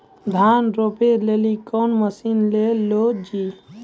धान रोपे लिली कौन मसीन ले लो जी?